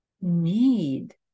need